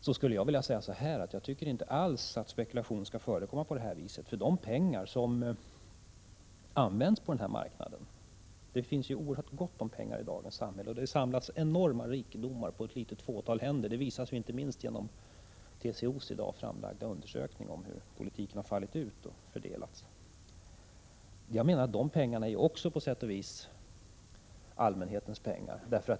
Jag skulle vilja säga: Jag tycker inte alls att spekulation på det här sättet skall förekomma. Det finns ju oerhört gott om pengar i dagens samhälle. Det har samlats enorma rikedomar på ett litet fåtal händer. Detta visas inte minst genom TCO:s i dag framlagda undersökning av hur politiken fallit ut och hur fördelningen har blivit. Jag menar att också dessa pengar på sätt och vis är allmänhetens pengar.